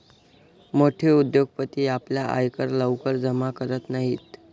मोठे उद्योगपती आपला आयकर लवकर जमा करत नाहीत